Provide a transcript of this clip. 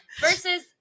versus